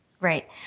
Right